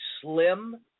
slim